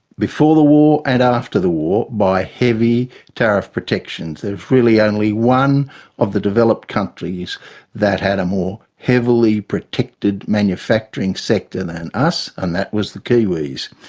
before the war and after the war, by heavy tariff protections. there's really only one of the developed countries that had a more heavily protected manufacturing sector than us, and that was the kiwis.